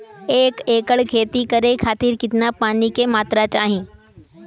एक एकड़ खेती करे खातिर कितना पानी के मात्रा चाही?